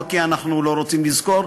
לא כי אנחנו לא רוצים לזכור,